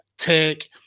take